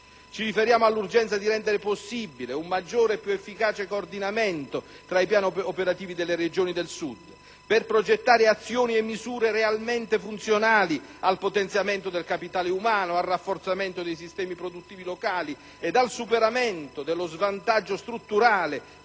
Ci riferiamo all'urgenza di rendere possibile un maggiore e più efficace coordinamento tra i piani operativi delle Regioni del Sud, per progettare azioni e misure realmente funzionali al potenziamento del capitale umano, al rafforzamento dei sistemi produttivi locali ed al superamento dello svantaggio strutturale